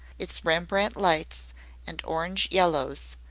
its rembrandt lights and orange yellows,